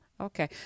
okay